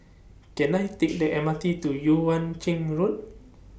Can I Take The M R T to Yuan Ching Road